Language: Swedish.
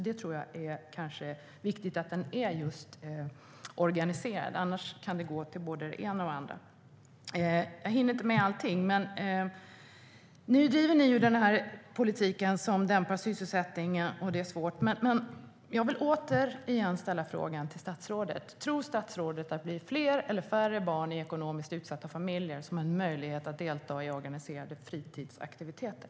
Jag tror alltså att det är viktigt att den är just organiserad, annars kan det gå till både det ena och det andra. Jag hinner inte ta upp allting, men nu driver ni ju den här politiken som dämpar sysselsättningen. Det är svårt. Jag vill åter ställa frågan till statsrådet: Tror statsrådet att det blir fler eller färre barn i ekonomiskt utsatta familjer som får möjlighet att delta i organiserade fritidsaktiviteter?